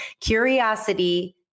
curiosity